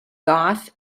goth